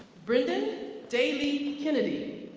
brendan daley kennedy.